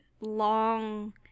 long